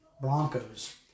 Broncos